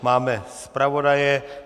Máme zpravodaje.